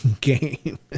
game